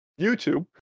YouTube